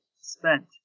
spent